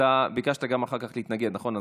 אתה ביקשת אחר כך להתנגד, נכון?